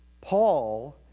Paul